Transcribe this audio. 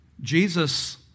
Jesus